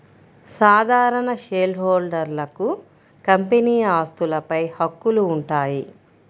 సాధారణ షేర్హోల్డర్లకు కంపెనీ ఆస్తులపై హక్కులు ఉంటాయి